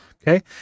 Okay